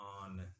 on